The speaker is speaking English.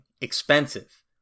expensive